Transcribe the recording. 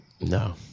No